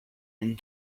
and